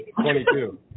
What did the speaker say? Twenty-two